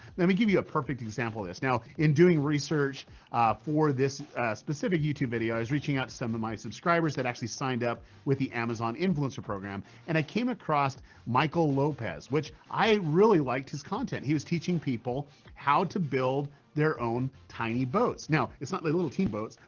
let me give you a perfect example of this. now in doing research for this specific youtube video, um i subscribers that actually signed up with the amazon influencer program and i came across michael lopez which i really liked his content. he was teaching people how to build their own tiny boats. now it's not the little teeny boats.